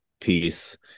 piece